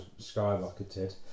skyrocketed